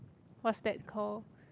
what's that call